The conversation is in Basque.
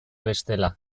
bestela